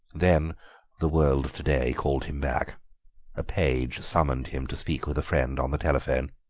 then the world of to-day called him back a page summoned him to speak with a friend on the telephone.